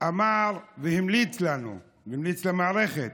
שאמר והמליץ לנו, המליץ למערכת